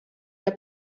der